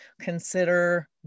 Consider